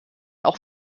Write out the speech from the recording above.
auch